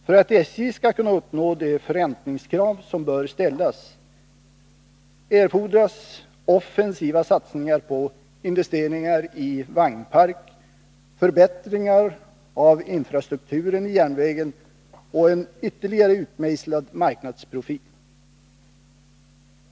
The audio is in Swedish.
För att SJ skall kunna uppnå de förräntningskrav som bör ställas, erfordras offensiva satsningar på investeringar i vagnpark, förbättringar av infrastrukturen i järnvägen och en ytterligare utmejslad marknadsprofil.